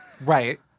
Right